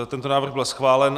Tento návrh byl schválen.